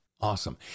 awesome